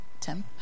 Tim